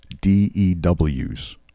DEWs